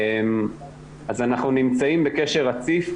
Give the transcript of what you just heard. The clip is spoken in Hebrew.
אנחנו נמצאים בקשר רציף,